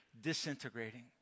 disintegrating